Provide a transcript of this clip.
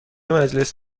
مجلس